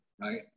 right